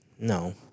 No